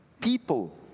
People